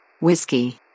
Whiskey